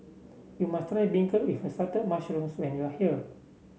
you must try beancurd with Assorted Mushrooms when you are here